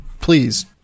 Please